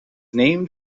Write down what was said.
named